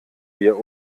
wir